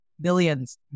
billions